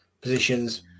positions